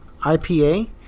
IPA